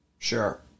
sure